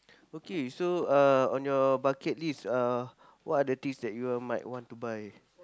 okay so uh on your bucket list uh what are the things that you are might want to buy